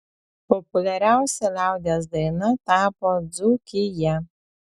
populiariausia liaudies daina tapo dzūkija